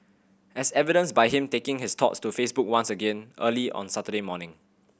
as evidenced by him taking his thoughts to Facebook once again early on Saturday morning